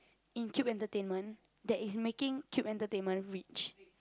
in Cube Entertainment that is making Cube Entertainment rich